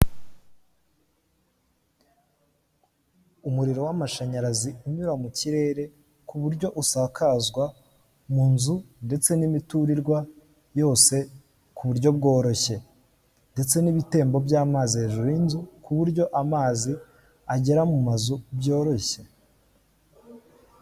Umuriro w'amashanyarazi unyura mu kirere ku buryo usakazwa mu nzu ndetse n'imiturirwa yose ku buryo bworoshye ndetse n'ibitembo by'amazi hejuru y'inzu ku buryo amazi agera mu mazu byoroshye.